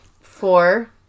Four